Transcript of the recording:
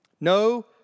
no